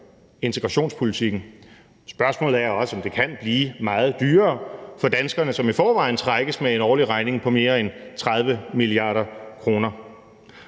integrationspolitikken. Spørgsmålet er også, om det kan blive meget dyrere for danskerne, som i forvejen trækkes med en årlig regning på mere end 30 mia. kr.